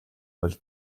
бол